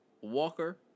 Walker